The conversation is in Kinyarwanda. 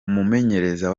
umumenyereza